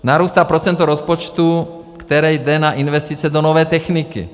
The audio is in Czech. Narůstá procento rozpočtu, které jde na investice do nové techniky.